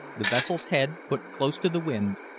the vessel's head put close to the wind,